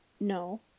No